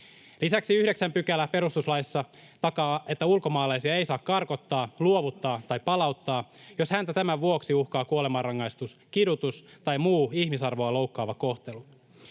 Lisäksi 9 § perustuslaissa takaa, että ulkomaalaista ei saa karkottaa, luovuttaa tai palauttaa, jos häntä tämän vuoksi uhkaa kuolemanrangaistus, kidutus tai muu ihmisarvoa loukkaava kohtelu.